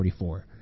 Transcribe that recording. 44